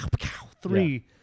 three